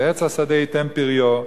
ועץ השדה יתן פריו,